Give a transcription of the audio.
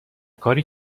کاری